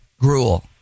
Gruel